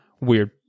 weird